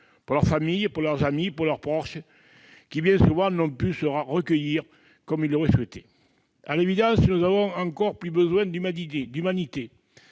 pour leurs familles, pour leurs amis, pour leurs proches, qui, bien souvent, n'ont pu se recueillir comme ils l'auraient souhaité. À l'évidence, nous avons plus que jamais besoin d'humanité,